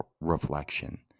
reflection